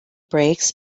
brakes